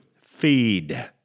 Feed